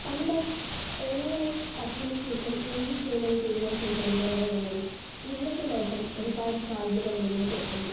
പണ്ട് എങ്ങനെ പത്തിനു ശേഷം എന്തു ചെയ്യുമെന്നു തീരുമാനിച്ചിരുന്ന തലമുറയുടെ മുന്നിൽ ഇന്നത്തെ ലോകം ഒരുപാട് സാദ്ധ്യതകൾ മുന്നോട്ടു വെക്കുന്നു